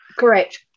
Correct